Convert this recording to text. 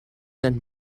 send